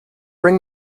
bring